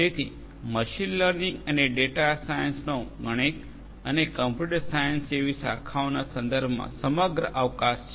જેથી machine learning અને data સાયન્સનો ગણિત અને કમ્પ્યુટર સાયન્સ જેવી શાખાઓના સંદર્ભમાં સમગ્ર અવકાશ છે